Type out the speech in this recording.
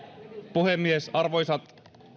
puhemies arvoisat